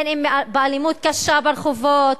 אם באלימות קשה ברחובות,